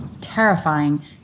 terrifying